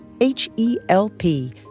H-E-L-P